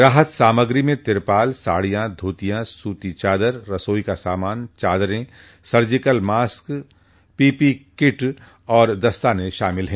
राहत सामग्री में तिरपाल साडियां धोतिया सूती चादर रसोई का सामान चादरें सर्जिकल मास्क पीपीई किट आर दस्ताने हैं